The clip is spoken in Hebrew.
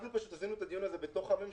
אנחנו קיימנו את הדיון הזה בתוך הממשלה